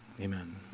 Amen